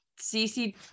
CC